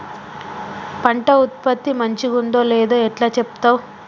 పంట ఉత్పత్తి మంచిగుందో లేదో ఎట్లా చెప్తవ్?